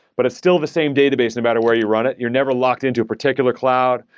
but it's still the same database no matter where you run it. you're never locked in to particular cloud.